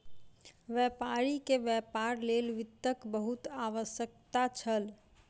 व्यापारी के व्यापार लेल वित्तक बहुत आवश्यकता छल